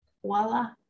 voila